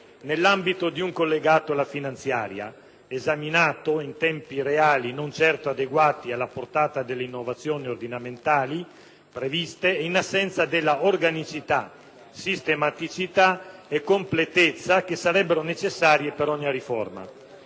nell'ambito di un collegato alla finanziaria, esaminato in tempi ristretti, non certo adeguati alla portata delle innovazioni ordinamentali previste, in assenza della organicità, sistematicità e completezza che sarebbero necessarie per ogni riforma.